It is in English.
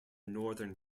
northern